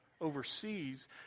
overseas